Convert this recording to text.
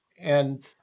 and-